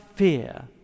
fear